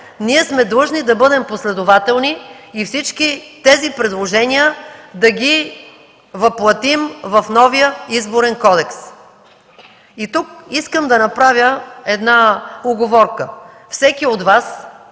ние сме длъжни да бъдем последователни и всички тези предложения да ги въплътим в новия Изборен кодекс. И тук искам да направя една уговорка – всеки от Вас,